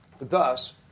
thus